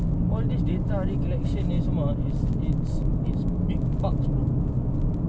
you know how many people hate donald trump yet he can win the presidency there's a book on that